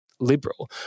liberal